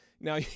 Now